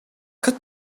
cut